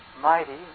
mighty